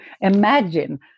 imagine